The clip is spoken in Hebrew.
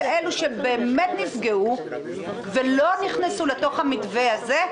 אלה שבאמת נפגעו ולא נכנסו לתווך המתווה הזה?